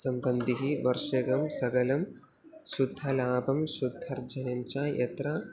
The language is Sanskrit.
सम्बन्धिः वर्षं सकलं शुद्धलाभं शुद्धार्जनं च यत्र